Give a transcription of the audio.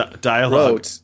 Dialogue